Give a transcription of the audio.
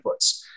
inputs